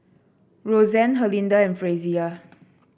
Roxane Herlinda and Frazier